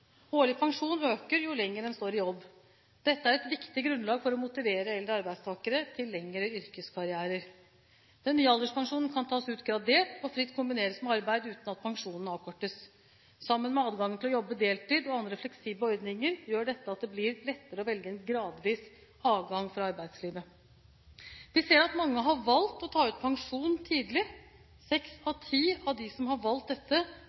Årlig pensjon øker jo lenger en står i jobb. Dette er et viktig grunnlag for å motivere eldre arbeidstakere til lengre yrkeskarrierer. Den nye alderspensjonen kan tas ut gradert og fritt kombineres med arbeid uten at pensjonen avkortes. Sammen med adgangen til å jobbe deltid og andre fleksible ordninger gjør dette at det blir lettere å velge en gradvis avgang fra arbeidslivet. Vi ser at mange har valgt å ta ut pensjon tidlig. Seks av ti av dem som har valgt dette,